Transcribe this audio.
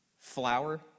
Flour